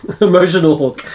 emotional